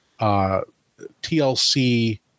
TLC